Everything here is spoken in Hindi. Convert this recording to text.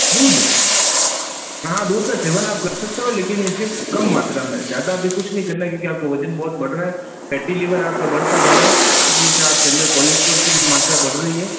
दूध हाँ दूध का सेवन आप कर सकते हो लेकिन ये सिर्फ कम मात्रा में ज़्यादा अभी कुछ नहीं करना है क्योंकि आपका वजन बहुत बढ़ रहा है फैटी लीवर आपका बढ़ता जा रहा है इस वजह से आपके अंदर कोलेस्ट्रॉल की मात्रा बढ़ रही है